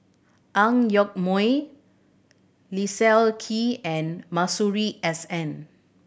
Ang Yoke Mooi Leslie Kee and Masuri S N